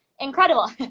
incredible